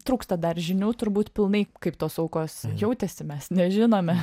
trūksta dar žinių turbūt pilnai kaip tos aukos jautėsi mes nežinome